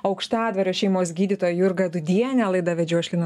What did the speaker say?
aukštadvario šeimos gydytoją jurgą dūdienę laidą vedžiau aš lina